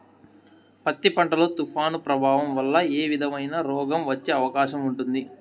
పత్తి పంట లో, తుఫాను ప్రభావం వల్ల ఏ విధమైన రోగం వచ్చే అవకాశం ఉంటుంది?